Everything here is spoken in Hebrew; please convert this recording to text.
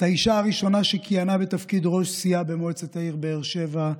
את האישה הראשונה שכיהנה בתפקיד ראש סיעה במועצת העיר באר שבע,